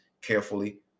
Carefully